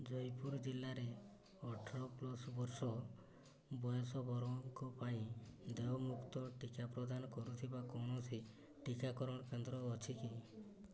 ଜୟପୁର ଜିଲ୍ଲାରେ ଅଠର ପ୍ଲସ୍ ବର୍ଷ ବୟସ ବର୍ଗଙ୍କ ପାଇଁ ଦେୟମୁକ୍ତ ଟିକା ପ୍ରଦାନ କରୁଥିବା କୌଣସି ଟିକାକରଣ କେନ୍ଦ୍ର ଅଛି କି